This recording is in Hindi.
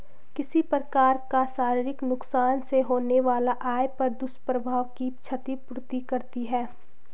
किसी प्रकार का शारीरिक नुकसान से होने वाला आय पर दुष्प्रभाव की क्षति पूर्ति करती है